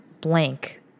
blank